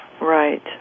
Right